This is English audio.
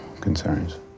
concerns